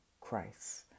Christ